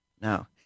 no